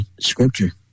scripture